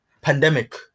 pandemic